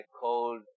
cold